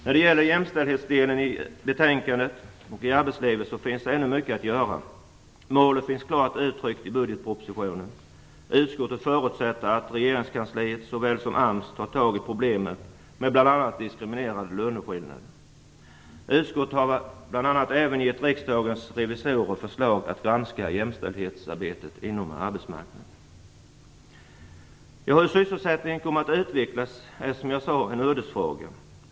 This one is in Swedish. När det gäller jämställdhetsdelen i betänkandet och i arbetslivet finns det ännu mycket att göra. Målet finns klart uttryckt i budgetpropositionen. Utskottet förutsätter att regeringskansliet såväl som AMS tar tag i problemet med diskriminerande löneskillnader. Utskottet har även gett Riksdagens revisorer förslag om att granska jämställdhetsarbetet inom arbetsmarknaden. Hur sysselsättningen kommer att utvecklas är, som jag sade, en ödesfråga.